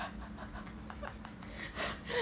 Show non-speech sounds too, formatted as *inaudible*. *laughs*